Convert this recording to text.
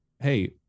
hey